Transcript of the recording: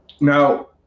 Now